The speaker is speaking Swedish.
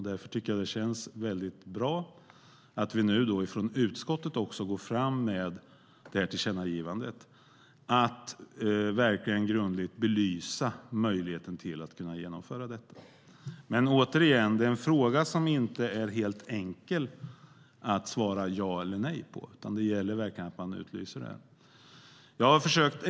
Därför tycker jag att det känns väldigt bra att vi nu från utskottet också går fram med tillkännagivandet om att grundligt belysa möjligheten att genomföra detta. Återigen, det är dock en fråga som inte är helt enkel att svara ja eller nej på, utan det gäller verkligen att man belyser det här.